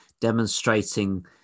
demonstrating